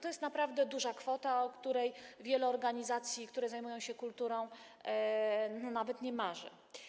To jest naprawdę duża kwota, o której wiele organizacji, które zajmują się kulturą, nawet nie marzy.